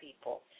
people